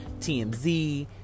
TMZ